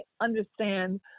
understand